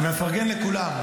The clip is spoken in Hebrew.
מפרגן לכולם.